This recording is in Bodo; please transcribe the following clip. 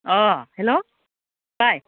अ हेल' बाय